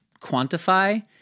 quantify